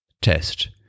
test